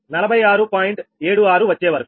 76 వచ్చేవరకూ